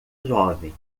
jovem